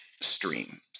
stream